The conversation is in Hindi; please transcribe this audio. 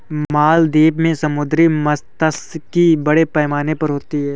मालदीव में समुद्री मात्स्यिकी बड़े पैमाने पर होती होगी